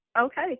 okay